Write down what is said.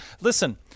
Listen